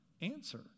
answer